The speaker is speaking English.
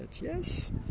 Yes